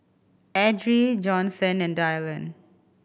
Edrie Johnson and Dyllan